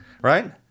right